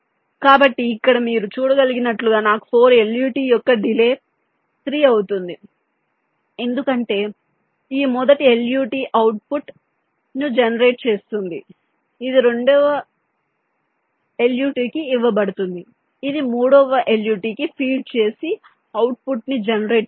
కాబట్టి ఇక్కడ మీరు చూడగలిగినట్లుగా నాకు 4 LUT యొక్క డిలే 3 అవుతుంది ఎందుకంటే ఈ మొదటి LUT అవుట్పుట్ను జెనెరేట్ చేస్తుంది ఇది రెండవ LUT కి ఇవ్వబడుతుంది ఇది మూడవ LUT కి ఫీడ్ చేసి అవుట్పుట్ను జెనెరేట్ చేస్తుంది